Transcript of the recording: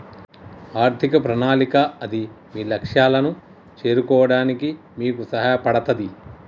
ఆర్థిక ప్రణాళిక అది మీ లక్ష్యాలను చేరుకోవడానికి మీకు సహాయపడతది